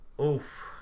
Oof